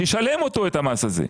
שישלם את המס הזה.